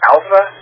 Alpha